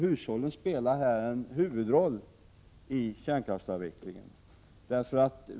Hushållen spelar en huvudroll i kärnkraftsavvecklingen.